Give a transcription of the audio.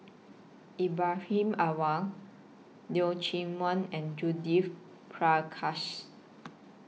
Ibrahim Awang Leong Chee Mun and Judith Prakash